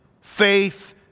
faith